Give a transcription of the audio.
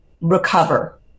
recover